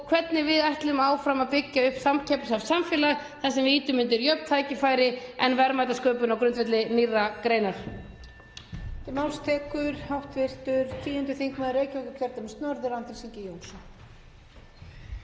hvernig við ætlum áfram að byggja upp samkeppnishæft samfélag þar sem við ýtum undir jöfn tækifæri og verðmætasköpun á grundvelli nýrra greina.